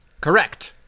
Correct